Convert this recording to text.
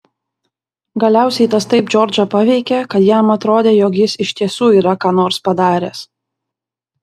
galiausiai tas taip džordžą paveikė kad jam atrodė jog jis iš tiesų yra ką nors padaręs